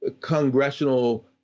congressional